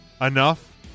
enough